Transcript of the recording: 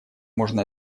можно